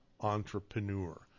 entrepreneur